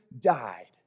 died